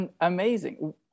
amazing